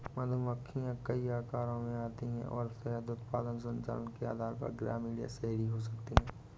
मधुमक्खियां कई आकारों में आती हैं और शहद उत्पादन संचालन के आधार पर ग्रामीण या शहरी हो सकती हैं